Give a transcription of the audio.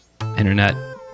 internet